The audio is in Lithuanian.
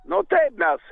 nu taip mes